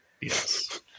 Yes